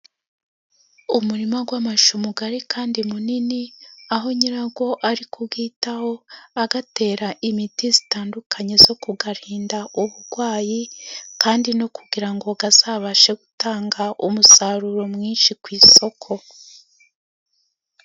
Umurima w'amashu mugari kandi munini, aho nyirawo ari kuyitaho, ayatera imiti itandukanye yo kuyarinda uburwayi, kandi no kugira ngo azabashe gutanga umusaruro mwinshi ku isoko.